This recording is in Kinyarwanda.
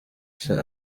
sha